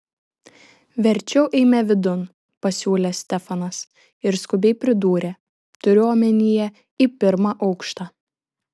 verčiau eime vidun pasiūlė stefanas ir skubiai pridūrė turiu omenyje į pirmą aukštą